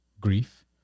grief